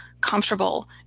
Comfortable